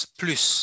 plus